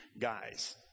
Guys